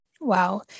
Wow